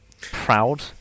proud